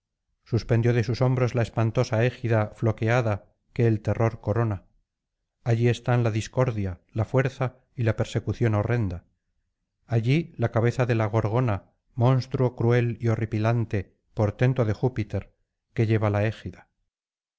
suspendió de sus hombros la espantosa égida floqueada que el terror corona allí están la discordia la fuerza y la persecución horrenda allí la cabeza de la gorgona monstruo cruel y horripilante portento de júpiter que lleva la égida